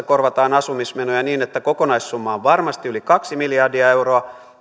korvataan asumismenoja niin että kokonaissumma on varmasti yli kaksi miljardia euroa